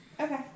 Okay